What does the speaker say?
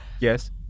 Yes